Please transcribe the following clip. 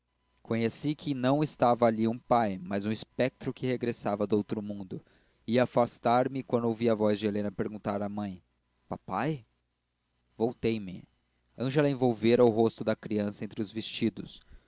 conheci que não estava ali um pai mas um espectro que regressava do outro mundo ia afastar me quando ouvi a voz de helena perguntar à mãe papai voltei-me ângela envolvera o rosto da criança entre os vestidos